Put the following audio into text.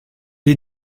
est